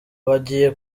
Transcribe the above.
bagiye